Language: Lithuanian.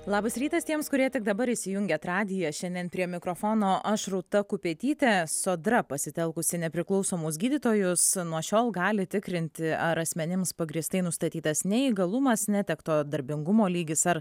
labas rytas tiems kurie tik dabar įsijunėt radiją šiandien prie mikrofono aš rūta kupetytė sodra pasitelkusi nepriklausomus gydytojus nuo šiol gali tikrinti ar asmenims pagrįstai nustatytas neįgalumas netekto darbingumo lygis ar